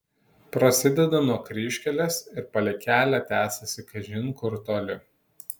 prasideda nuo kryžkelės ir palei kelią tęsiasi kažin kur toli